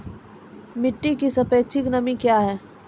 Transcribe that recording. मिटी की सापेक्षिक नमी कया हैं?